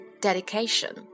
dedication